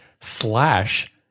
slash